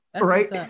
right